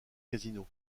casinos